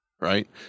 Right